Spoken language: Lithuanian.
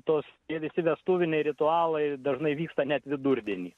tos tie visi vestuviniai ritualai dažnai vyksta net vidurdienį